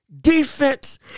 defense